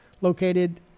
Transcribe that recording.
located